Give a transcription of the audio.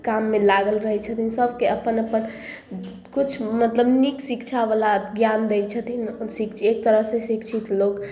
काममे लागल रहै छथिन सबके अपन अपन किछु मतलब नीक शिक्षा बला ज्ञान दै छथिन एक तरह से शिक्षित लोक